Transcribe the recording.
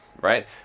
right